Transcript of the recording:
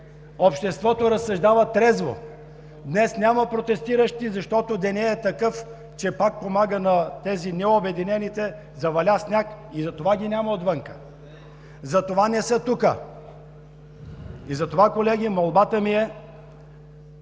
обществото разсъждава трезво. Днес няма протестиращи, защото денят е такъв, че пак помага на тези, необединените – заваля сняг и затова ги няма отвън. Затова не са тук! Затова, колеги, молбата ми е,